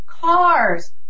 cars